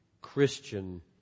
Christian